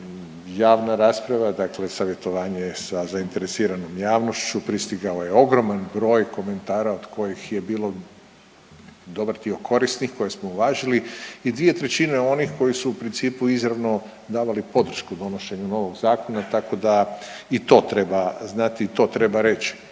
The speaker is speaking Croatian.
javna rasprava, dakle savjetovanje sa zainteresiranom javnošću, pristigao je ogroman broj komentara od kojih je bio dobar dio korisnih koje smo uvažili i 2/3 onih koji su u principu izravno davali podršku donošenju novog zakona tako da i to treba znati i to treba reći.